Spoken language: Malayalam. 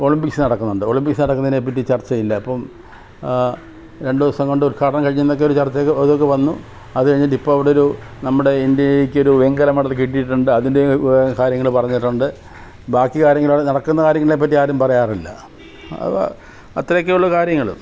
ഒളിമ്പിക്സ്സ് നടക്കുന്നുണ്ട് ഒളിമ്പിക്സ്സ് നടക്കുന്നതിനെപ്പറ്റി ചർച്ച ഇല്ല ഇപ്പോള് രണ്ടു ദിവസംകൊണ്ട് ഉൽഘാടനം കഴിഞ്ഞു എന്നൊക്കെ ഒരു ചർച്ച അതൊക്കെ വന്നു അത് കഴിഞ്ഞിട്ടിപ്പോള് അവിടൊരു നമ്മുടെ ഇന്ത്യക്കൊരു വെങ്കല മെഡല് കിട്ടിയിട്ടുണ്ട് അതിന്റെ കാര്യങ്ങള് പറഞ്ഞിട്ടുണ്ട് ബാക്കി കാര്യങ്ങള് നടക്കുന്ന കാര്യങ്ങളേപ്പറ്റി ആരും പറയാറില്ല അത് അത്രയൊക്കെയേ ഉള്ളു കാര്യങ്ങള്